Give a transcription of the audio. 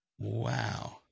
Wow